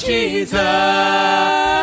Jesus